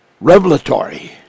revelatory